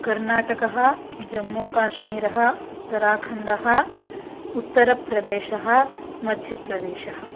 कर्नाटकः जम्मूकाश्मीरः उत्तराखण्डः उत्तरप्रदेशः मध्यप्रदेशः